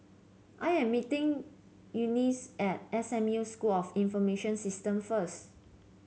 I am meeting Eunice at S M U School of Information System first